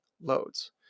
loads